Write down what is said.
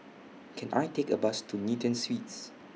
Can I Take A Bus to Newton Suites